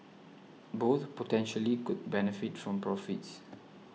both potentially could benefit from profits